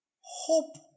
hope